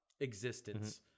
existence